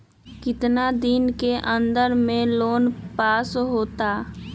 कितना दिन के अन्दर में लोन पास होत?